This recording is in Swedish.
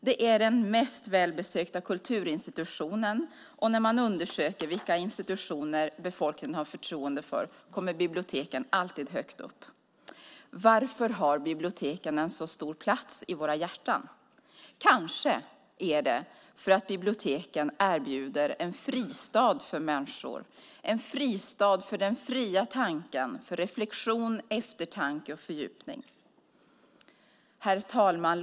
Det är den mest välbesökta kulturinstitutionen. När man undersöker vilka institutioner befolkningen har förtroende för kommer biblioteken alltid högt upp. Varför har biblioteken en så stor plats i våra hjärtan? Kanske för att biblioteken erbjuder en fristad för människor, en fristad för den fria tanken, för reflexion, eftertanke och fördjupning. Herr talman!